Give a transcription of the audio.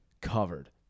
Covered